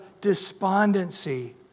despondency